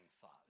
thought